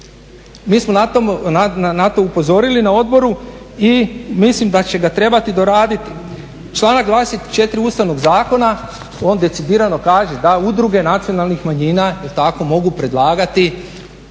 Mi smo na to upozorili na odboru i mislim da će ga trebati doraditi. Članak glasi 4. Ustavnog zakona on decidirano kaže da udruge nacionalnih manjina mogu predlagati